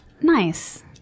Nice